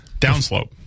downslope